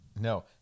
No